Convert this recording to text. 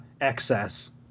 excess